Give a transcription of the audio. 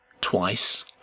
Twice